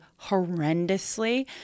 horrendously